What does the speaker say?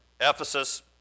Ephesus